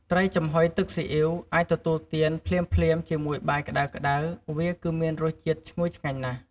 ត្រីចំហុយទឹកស៊ីអ៊ីវ អាចទទួលទានភ្លាមៗ ជាមួយបាយក្តៅៗ វាគឺមានរសជាតិឈ្ងុយឆ្ងាញ់ណាស់។